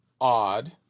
odd